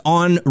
on